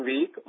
Week